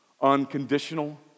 Unconditional